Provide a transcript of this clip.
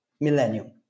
millennium